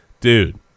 Dude